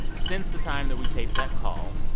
since the time that we taped that call,